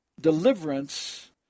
deliverance